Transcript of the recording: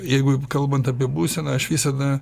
jeigu kalbant apie būseną aš visada